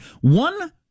One